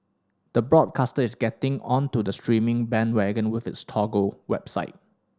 the broadcaster is getting onto the streaming bandwagon with its Toggle website